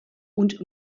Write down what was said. und